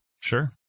Sure